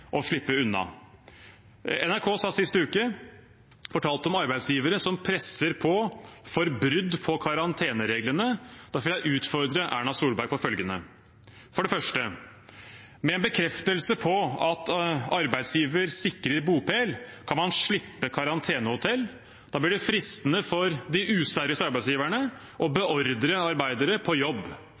å slippe unna. Sist uke fortalte NRK om arbeidsgivere som presser på for brudd på karantenereglene. Derfor vil jeg utfordre Erna Solberg på følgende: For det første – med en bekreftelse på at arbeidsgiver sikrer bopel, kan man slippe karantenehotell. Da blir det fristende for de useriøse arbeidsgiverne å beordre arbeidere på jobb.